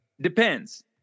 Depends